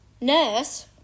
nurse